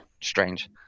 Strange